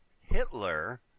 Hitler